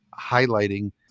highlighting